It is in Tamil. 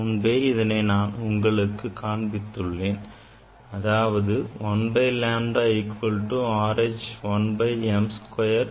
முன்பே இதனை உங்களுக்கு காண்பித்து உள்ளேன் அதாவது 1 by lambda equal to R H 1 by m square minus 1 by n square